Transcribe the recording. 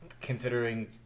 Considering